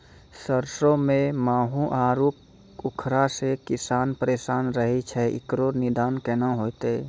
सरसों मे माहू आरु उखरा से किसान परेशान रहैय छैय, इकरो निदान केना होते?